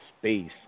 space